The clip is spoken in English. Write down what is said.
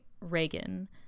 Reagan